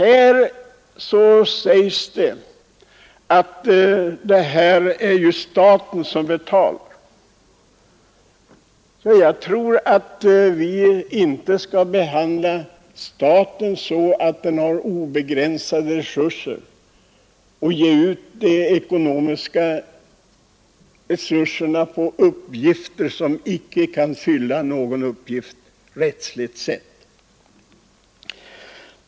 Här sägs att det är staten som betalar. Jag tror att vi inte skall behandla staten som om den har obegränsade resurser och använda tillgångarna på uppgifter som icke kan fylla något syfte rättsligt sett.